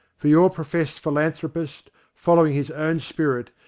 for your professed philan thropist, following his own spirit,